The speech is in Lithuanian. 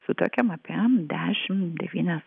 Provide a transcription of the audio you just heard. sutuokiam apie dešim devynias